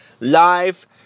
Live